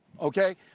okay